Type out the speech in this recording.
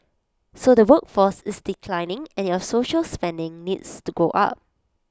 so the workforce is declining and your social spending needs to go up